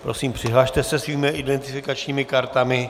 Prosím, přihlaste se svými identifikačními kartami.